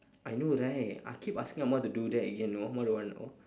I know right I keep asking amma to do that again you know amma don't want you know